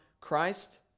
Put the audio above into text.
Christ